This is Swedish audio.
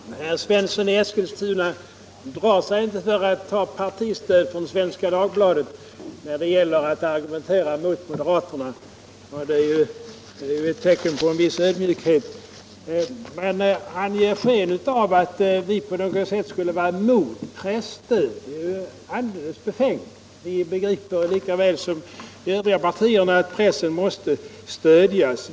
Herr talman! Herr Svensson i Eskilstuna drar sig inte för att ta partistöd från Svenska Dagbladet när det gäller att argumentera bort moderaterna. Det är ju tecken på en viss ödmjukhet. Men han ger sken av att vi på något sätt skulle vara mot presstöd. Det är alldeles befängt. Vi begriper lika väl som övriga partier att pressen måste stödjas.